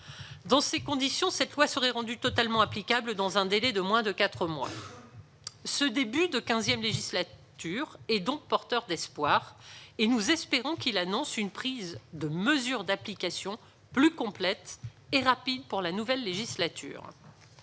Dans ces conditions, cette loi serait rendue totalement applicable dans un délai de moins de quatre mois. Ce début de XV législature est donc porteur d'espoir, et nous espérons qu'il annonce une prise de mesures d'application plus complète et plus rapide pour cette nouvelle législature.